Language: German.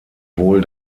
wohl